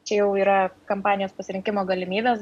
čia jau yra kampanijos pasirinkimo galimybės